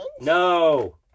No